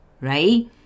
right